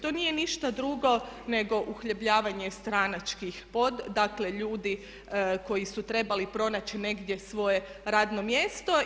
To nije ništa drugo nego uhljebljavanje stranačkih, dakle ljudi koji su trebali pronaći negdje svoje radno mjesto.